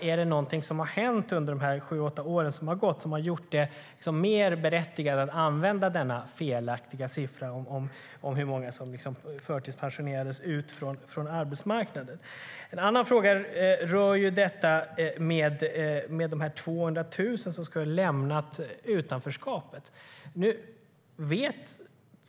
Är det någonting som har hänt de senaste sju åtta åren som gjort det mer berättigat att använda den felaktiga siffran om hur många som förtidspensionerades bort från arbetsmarknaden? En annan siffra rör de 200 000 som skulle ha lämnat utanförskapet.